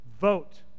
Vote